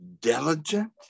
diligent